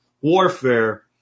Warfare